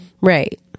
right